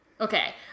Okay